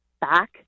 back